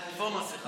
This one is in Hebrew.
מה קורה?